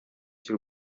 cy’u